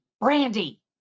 Brandy